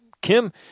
Kim